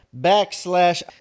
backslash